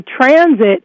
transit